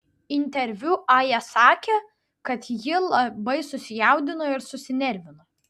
interviu aja sakė kad ji labai susijaudino ir susinervino